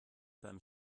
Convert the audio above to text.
beim